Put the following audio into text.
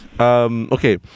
Okay